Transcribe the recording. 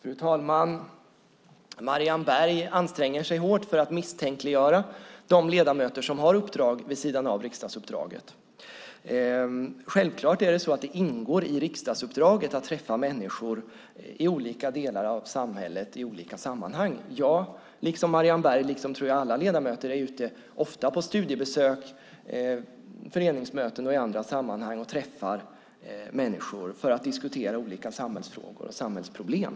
Fru talman! Marianne Berg anstränger sig hårt för att misstänkliggöra de ledamöter som har uppdrag vid sidan av riksdagsuppdraget. Självklart ingår det i riksdagsuppdraget att träffa människor i olika delar av samhället och i olika sammanhang. Jag liksom Marianne Berg och alla andra ledamöter är ofta ute på studiebesök, vid föreningsmöten och andra sammanhang och träffar människor för att diskutera olika samhällsfrågor och samhällsproblem.